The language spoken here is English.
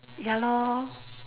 ya lor